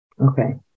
Okay